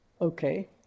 Okay